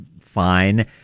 fine